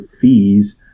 fees